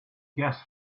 gas